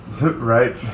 Right